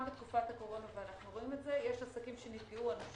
גם בתקופת הקורונה ואנחנו רואים את זה שיש עסקים שנפגעו אנושות,